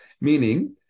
Meaning